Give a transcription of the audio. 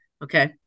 Okay